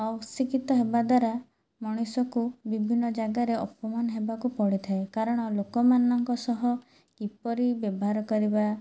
ଅଶିକ୍ଷିତ ହେବାଦ୍ୱାରା ମଣିଷକୁ ବିଭିନ୍ନ ଜାଗାରେ ଅପମାନ ହେବାକୁ ପଡ଼ିଥାଏ କାରଣ ଲୋକମାନଙ୍କ ସହ କିପରି ବ୍ୟବହାର କରିବା